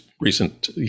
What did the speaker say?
recent